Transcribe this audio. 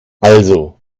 also